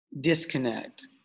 disconnect